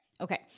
Okay